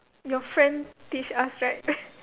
your friend teach us right